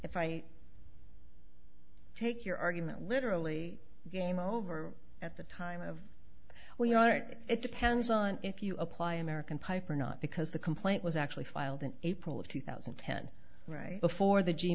if i take your argument literally game over at the time of we're all right it depends on if you apply american pipe or not because the complaint was actually filed in april of two thousand and ten right before the